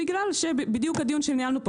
זה בדיוק בגלל העניין שדיברנו עליו פה,